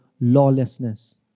lawlessness